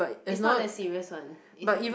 is not that serious one is should